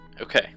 Okay